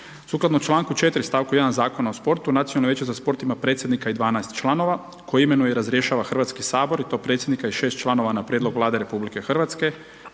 Sukladno čl. 4 st. 1 Zakona o sportu, Nacionalno vijeće za sport ima predsjednika i 12 članova koje imenuje i razrješava HS i to predsjednika i 6 članova na prijedlog Vlade RH, 3 člana